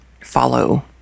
follow